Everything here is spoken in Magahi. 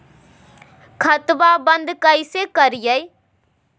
खाता बंद कैसे करिए?